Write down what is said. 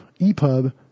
EPUB